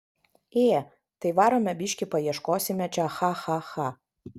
ė tai varome biškį paieškosime čia cha cha cha